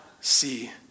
see